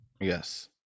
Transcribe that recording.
yes